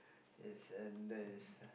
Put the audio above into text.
he's under he's